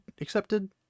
Accepted